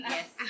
Yes